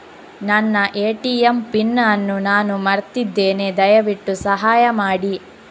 ನನ್ನ ATM pin ಅನ್ನು ನಾನು ಮರ್ತಿದ್ಧೇನೆ, ದಯವಿಟ್ಟು ಸಹಾಯ ಮಾಡಿ